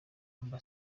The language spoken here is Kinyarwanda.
amb